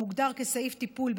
המוגדר כסעיף טיפול,